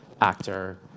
actor